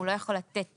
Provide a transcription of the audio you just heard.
הוא לא יכול לתת